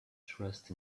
dressed